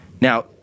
Now